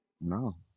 No